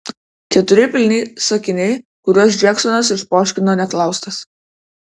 keturi pilni sakiniai kuriuos džeksonas išpoškino neklaustas